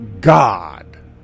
God